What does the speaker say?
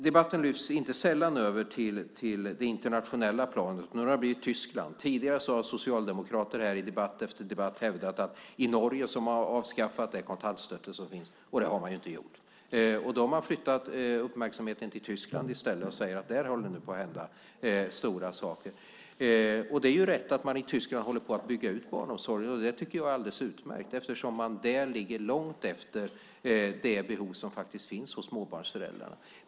Debatten lyfts inte sällan över till det internationella planet. Nu har det blivit Tyskland. Tidigare har socialdemokrater i debatt efter debatt hävdat att de har avskaffat kontantstøttet i Norge, och det har de inte gjort. Då har man flyttat uppmärksamheten till Tyskland i stället och säger att där håller det nu på att hända stora saker. Det är rätt att de håller på att bygga ut barnomsorgen i Tyskland. Jag tycker att det är alldeles utmärkt. Där ligger de långt efter det behov som finns hos småbarnsföräldrarna.